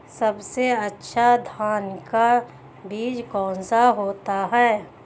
सबसे अच्छा धान का बीज कौन सा होता है?